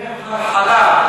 תסקירי חלחלה.